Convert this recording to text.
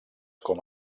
com